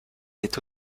est